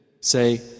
Say